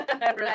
Right